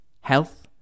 health